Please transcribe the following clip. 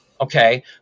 okay